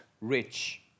rich